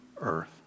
earth